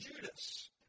Judas